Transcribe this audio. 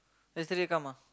yesterday come ah